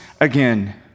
again